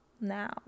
now